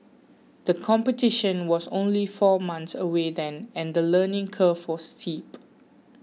the competition was only four months away then and the learning curve was steep